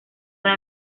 una